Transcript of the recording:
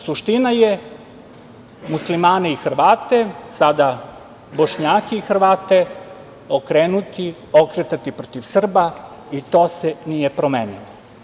Suština je, muslimani i Hrvate, sada Bošnjake i Hrvate okretati protiv Srba, i to se nije promenilo.